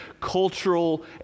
cultural